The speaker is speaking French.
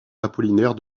apollinaire